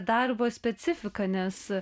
darbo specifiką nes